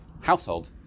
household